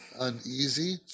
uneasy